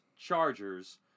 Chargers